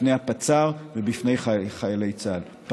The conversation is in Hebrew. בפני הפצ"ר ובפני חיילי צה"ל על המשפט הזה.